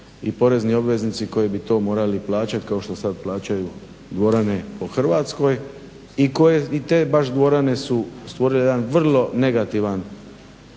i porezni obveznici koji bi to morali plaćat kako što sad plaćaju dvorane po Hrvatskoj. I koje, te baš dvorane su stvorile jedan vrlo negativan,